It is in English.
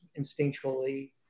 instinctually